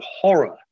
horror